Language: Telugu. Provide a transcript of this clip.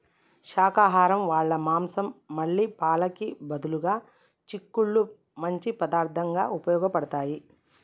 శాకాహరం వాళ్ళ మాంసం మళ్ళీ పాలకి బదులుగా చిక్కుళ్ళు మంచి పదార్థంగా ఉపయోగబడతాయి